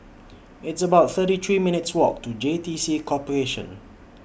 It's about thirty three minutes' Walk to J T C Corporation